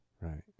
Right